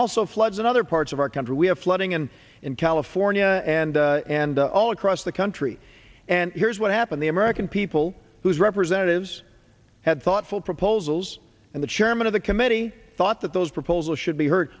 also floods in other parts of our country we have flooding in in california and and all across the country and here's what happened the american people whose representatives had thoughtful proposals and the chairman of the committee thought that those proposals should be h